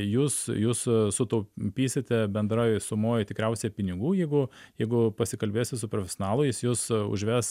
jūs jūs sutaupysite bendroj sumoj tikriausiai pinigų jeigu jeigu pasikalbėsit su profesionalu jis jus užves